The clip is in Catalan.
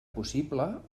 possible